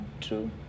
true